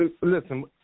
Listen